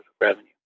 revenue